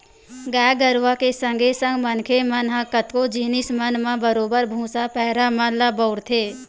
गाय गरुवा के संगे संग मनखे मन ह कतको जिनिस मन म बरोबर भुसा, पैरा मन ल बउरथे